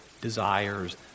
desires